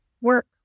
Work